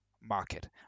market